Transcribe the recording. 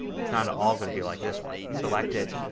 it is not at all going to be like this one. select it,